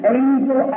angel